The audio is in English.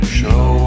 show